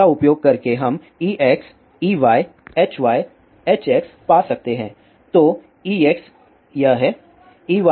इनका उपयोग करके हम Ex Ey Hy Hx पा सकते हैं